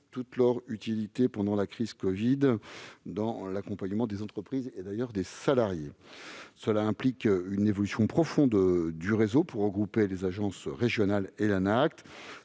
toute leur utilité pendant la crise du covid-19 dans l'accompagnement des entreprises et des salariés. Cela implique une évolution profonde du réseau pour regrouper les agences régionales et l'Anact.